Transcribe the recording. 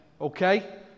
Okay